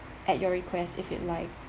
at your request if you like